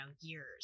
years